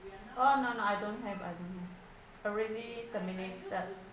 oh no no I don't have I don't have already terminated